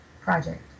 project